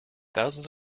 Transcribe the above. thousands